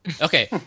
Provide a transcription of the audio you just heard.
Okay